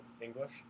English